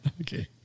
Okay